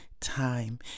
time